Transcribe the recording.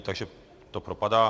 Takže to propadá.